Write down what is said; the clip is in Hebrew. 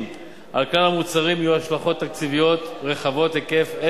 על כלל המוצרים יהיו השלכות תקציביות רחבות היקף,